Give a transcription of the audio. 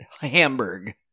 Hamburg